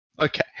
Okay